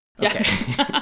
Okay